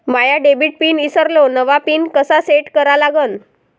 माया debit pin ईसरलो, नवा pin कसा सेट करा लागन?